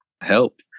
help